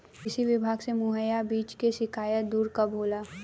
कृषि विभाग से मुहैया बीज के शिकायत दुर कब होला?